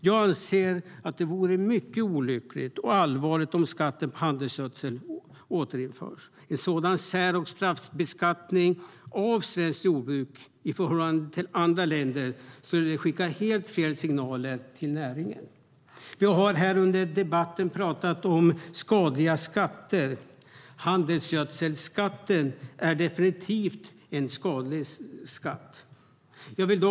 Jag anser att det skulle vara mycket olyckligt och allvarligt om skatten på handelsgödsel återinförs. En sådan sär och straffbeskattning av svenskt jordbruk i förhållande till andra länder skulle skicka helt fel signaler till näringen. Jag har under debatten talat om skadliga skatter. Handelsgödselskatten är definitivt en skadlig skatt. Herr talman!